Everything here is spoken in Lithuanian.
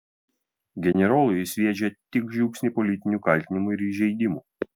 generolui jis sviedžia tik žiupsnį politinių kaltinimų ir įžeidimų